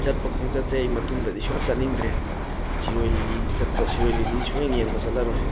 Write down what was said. ꯆꯠꯄ ꯈꯣꯡꯆꯠꯁꯦ ꯑꯩ ꯃꯇꯨꯡꯗꯗꯤ ꯁꯨꯡꯆꯠ ꯆꯠꯅꯤꯡꯗ꯭ꯔꯦ ꯁꯤꯔꯣꯏ ꯂꯤꯂꯤ ꯆꯠꯄ ꯁꯤꯔꯣꯏ ꯂꯤꯂꯤ ꯁꯨꯛꯌꯦꯡ ꯌꯦꯡꯕ ꯆꯠꯂꯔꯣꯏ